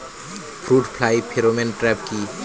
Fruit fly pheromone trap কি?